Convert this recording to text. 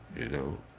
you know.